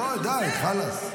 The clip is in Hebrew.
בואו, די, חלאס.